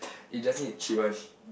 eh just need cheap [one]